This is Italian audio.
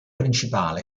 principale